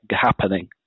happening